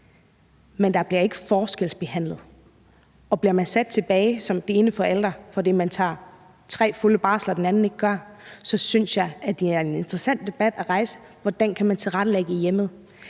Men der bliver ikke forskelsbehandlet, og bliver man som den ene forælder sat tilbage, fordi man tager tre fulde barsler og den anden ikke gør det, så synes jeg, at det er en interessant debat at rejse, hvordan man kan tilrettelægge det i hjemmet.